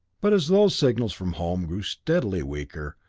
but as those signals from home grew steadily weaker,